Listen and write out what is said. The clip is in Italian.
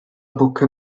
bocca